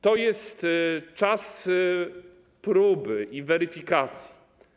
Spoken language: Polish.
To jest czas próby i weryfikacji.